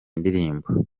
ndirimbo